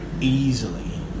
easily